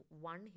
one